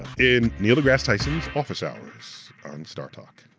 in neil degrasse tyson's office hours on startalk.